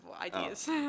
ideas